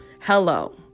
Hello